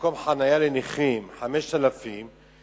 שמקום חנייה לנכים הוא קנס של 5,000 שקלים,